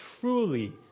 truly